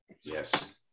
Yes